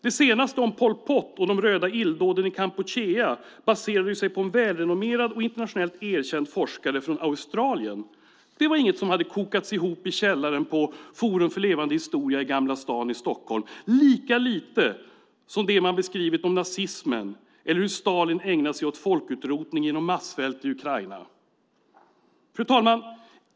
Det senaste om Pol Pot och de röda illdåden i Kampuchea baserade sig på en välrenommerad och internationellt erkänd forskare från Australien. Det var inget som hade kokats ihop i källaren hos Forum för levande historia i Gamla stan i Stockholm, lika litet som det man beskrivit om nazismen eller hur Stalin ägnade sig åt folkutrotning genom massvält i Ukraina. Fru talman!